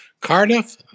Cardiff